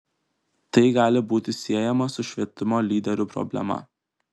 tai gali būti siejama su švietimo lyderių problema